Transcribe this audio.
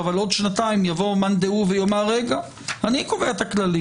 אבל עוד שנתיים יבוא מאן דהוא ויאמר שהוא קובע את הכללים.